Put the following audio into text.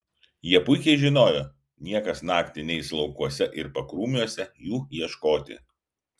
jie puikiai žinojo niekas naktį neis laukuose ir pakrūmiuose jų ieškoti